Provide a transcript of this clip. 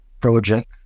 Project